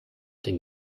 den